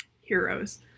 heroes